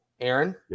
Aaron